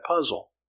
puzzle